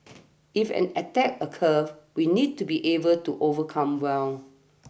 if an attack occurs we need to be able to overcome well